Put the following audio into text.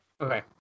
Okay